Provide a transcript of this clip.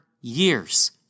years